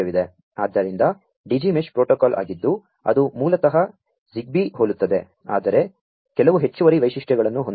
ಆದ್ದರಿಂ ದ Digi mesh protocol ಆಗಿದ್ದು ಅದು ಮೂ ಲತಃ ಜಿಗ್ಬೀ ಗೆ ಹೋ ಲು ತ್ತದೆ ಆದರೆ ಕೆಲವು ಹೆಚ್ಚು ವರಿ ವೈ ಶಿಷ್ಟ್ಯ ಗಳನ್ನು ಹೊಂ ದಿದೆ